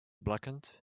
blackened